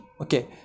okay